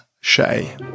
Shay